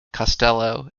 costello